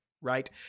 right